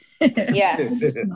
Yes